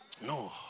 No